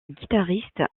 guitariste